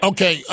Okay